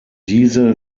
diese